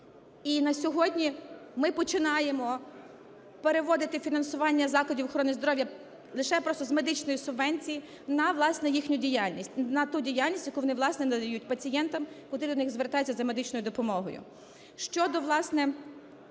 І на сьогодні ми починаємо переводити фінансування закладів охорони здоров'я лише просто з медичної субвенції на, власне, їхню діяльність, на ту діяльність, яку вони, власне, надають пацієнтам, котрі до них звертаються за медичною допомогою.